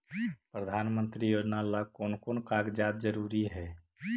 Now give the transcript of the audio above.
प्रधानमंत्री योजना ला कोन कोन कागजात जरूरी है?